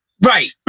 Right